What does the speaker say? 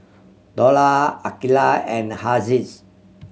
Dollah Aqilah and Haziqs